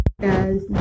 guys